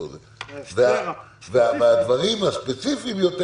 והדברים הספציפיים יותר,